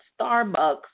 Starbucks